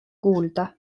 kuulda